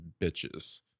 bitches